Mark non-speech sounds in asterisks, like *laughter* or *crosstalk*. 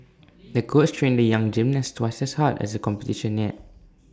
*noise* the coach trained the young gymnast twice as hard as the competition neared